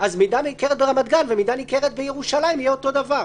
אז מידה ניכרת ברמת-גן ומידה ניכרת בירושלים יהיו אותו דבר.